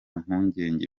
mpungenge